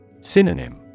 Synonym